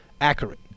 Accurate